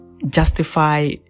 justify